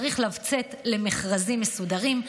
צריך לצאת למכרזים מסודרים,